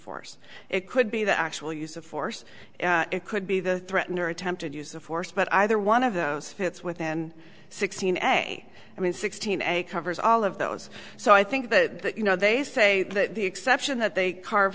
force it could be the actual use of force it could be the threaten or attempted use of force but either one of those fits within sixteen a i mean sixteen a covers all of those so i think that you know they say that the exception that they carve